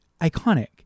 iconic